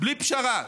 בלי פשרה.